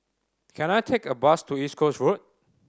can I take a bus to East Coast Road